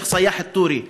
שייח' סיאח א-טורי,